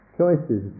choices